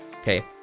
Okay